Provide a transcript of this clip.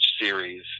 series